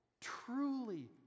Truly